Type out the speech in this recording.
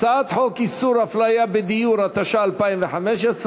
הצעת חוק איסור הפליה בדיור, התשע"ה 2015,